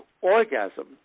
orgasm